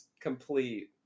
complete